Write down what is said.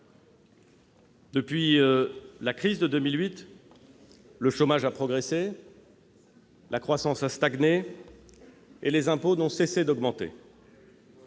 s'est accrue, le chômage a progressé, la croissance a stagné et les impôts n'ont cessé d'augmenter.